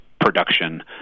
production